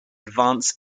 advance